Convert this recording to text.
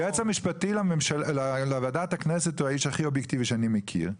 היועץ המשפטי לוועדת הכנסת הוא האיש הכי אובייקטיבי שאני מכיר,